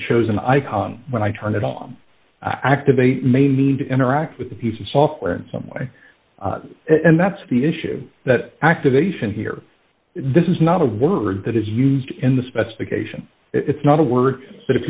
an icon when i turn it on activate may need to interact with a piece of software in some way and that's the issue that activation here this is not a word that is used in the specification it's not a word